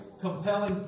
compelling